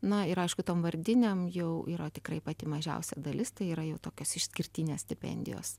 na ir aišku tom vardinėm jau yra tikrai pati mažiausia dalis tai yra jau tokios išskirtinės stipendijos